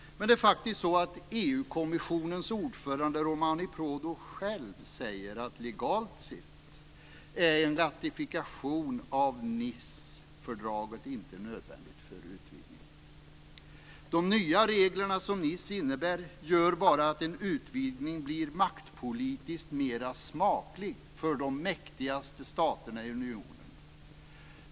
Men det är faktiskt så att EU-kommissionens ordförande Romano Prodi själv säger att legalt sett är en ratifikation av Nicefördraget inte nödvändig för utvidgningen. De nya regler som Nice innebär gör bara att en utvidgning blir maktpolitiskt mer smaklig för de mäktigaste staterna i unionen.